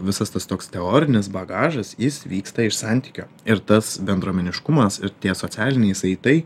visas tas toks teorinis bagažas jis vyksta iš santykio ir tas bendruomeniškumas ir tie socialiniai saitai